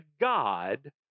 God